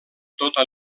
tota